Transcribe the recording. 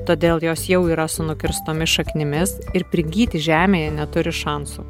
todėl jos jau yra su nukirstomis šaknimis ir prigyti žemėje neturi šansų